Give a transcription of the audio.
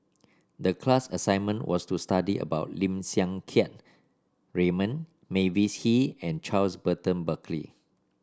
the class assignment was to study about Lim Siang Keat Raymond Mavis Hee and Charles Burton Buckley